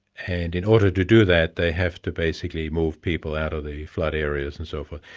and in order to do that, they have to basically move people out of the flood areas and so forth,